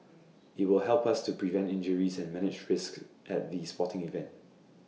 IT will help us to prevent injuries and manage risks at the sporting events